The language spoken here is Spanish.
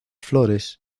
flores